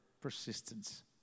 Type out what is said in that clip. persistence